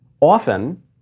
Often